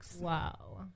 Wow